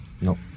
No